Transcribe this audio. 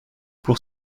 pour